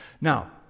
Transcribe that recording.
Now